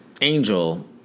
angel